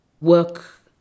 work